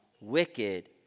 wicked